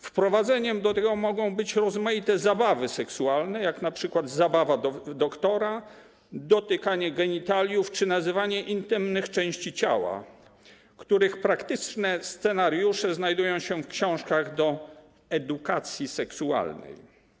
Wprowadzeniem do tego mogą być rozmaite zabawy seksualne, jak np. zabawa w doktora, dotykanie genitaliów czy nazywanie intymnych części ciała, których praktyczne scenariusze znajdują się w książkach do edukacji seksualnej.